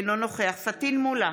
אינו נוכח פטין מולא,